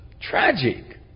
Tragic